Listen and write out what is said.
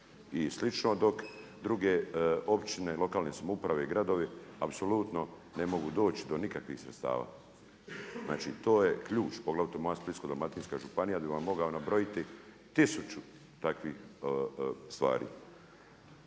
i slično. Dok druge općine, lokalne samouprave i gradovi apsolutno ne mogu doći do nikakvih sredstava. Znači to je ključ poglavito moja Splitsko-dalmatinska županija bi vam mogla nabrojiti tisuću takvih stvari.